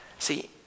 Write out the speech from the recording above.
See